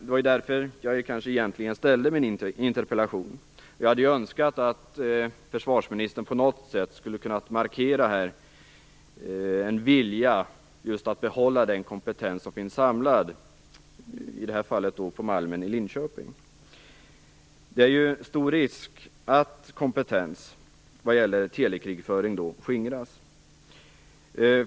Det var egentligen av det skälet jag ställde min interpellation, och jag hade önskat att försvarsministern på något sätt hade kunnat markera en vilja att behålla den kompetens som finns samlad, i det här fallet på Malmen i Linköping. Det är stor risk att kompetens när det gäller telekrigföring skingras.